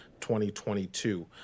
2022